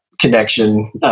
connection